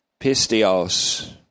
pistios